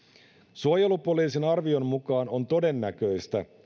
suojelupoliisin arvion mukaan on todennäköistä